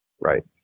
Right